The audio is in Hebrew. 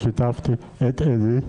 ושיתפתי גם את עלי בינג,